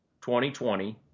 2020